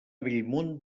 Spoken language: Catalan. bellmunt